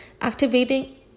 activating